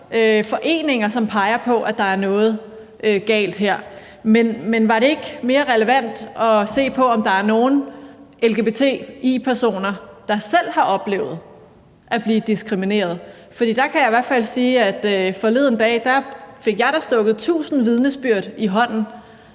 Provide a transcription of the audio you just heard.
foreninger, som peger på, at der er noget galt her, men var det ikke mere relevant at se på, om der er nogle lgbti-personer, der selv har oplevet at blive diskrimineret? For der kan jeg i hvert fald sige, at jeg